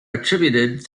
attributed